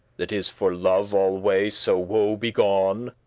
that is for love alway so woebegone,